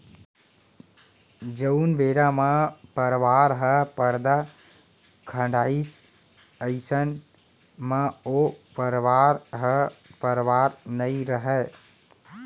जउन बेरा म परवार म परदा खड़ाइस अइसन म ओ परवार ह परवार नइ रहय